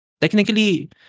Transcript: Technically